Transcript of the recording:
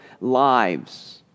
lives